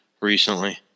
recently